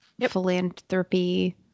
philanthropy